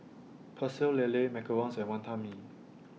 Pecel Lele Macarons and Wantan Mee